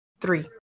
Three